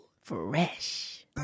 Fresh